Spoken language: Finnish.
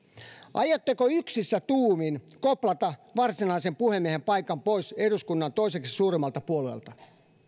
aiotteko yksissä tuumin koplata varsinaisen puhemiehen paikan pois eduskunnan toiseksi suurimmalta puolueelta